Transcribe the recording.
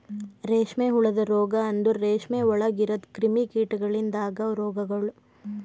ರೇಷ್ಮೆ ಹುಳದ ರೋಗ ಅಂದುರ್ ರೇಷ್ಮೆ ಒಳಗ್ ಇರದ್ ಕ್ರಿಮಿ ಕೀಟಗೊಳಿಂದ್ ಅಗವ್ ರೋಗಗೊಳ್